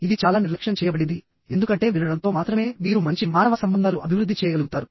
ఇది చాలా నిర్లక్ష్యం చేయబడింది ఎందుకంటే వినడంతో మాత్రమే మీరు మంచి మానవ సంబంధాలు అభివృద్ధి చేయగలుగుతారు